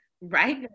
right